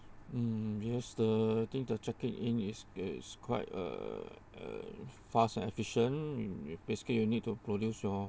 um yes the I think the checking in is is quite uh uh fast and efficient with basically you need to produce your